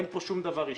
אין פה שום דבר אישי.